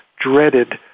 dreaded